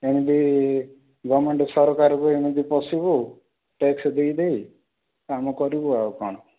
ଏମିତି ଗଭର୍ଣ୍ଣମେଣ୍ଟ୍ ସରକାରକୁ ଏମିତି ପୋଷିବୁ ଟ୍ୟାକ୍ସ ଦେଇଦେଇ କାମ କରିବୁ ଆଉ କ'ଣ